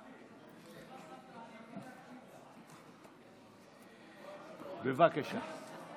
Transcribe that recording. בבקשה.